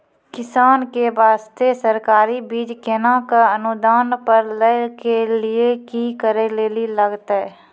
किसान के बास्ते सरकारी बीज केना कऽ अनुदान पर लै के लिए की करै लेली लागतै?